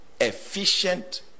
efficient